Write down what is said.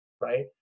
right